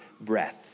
breath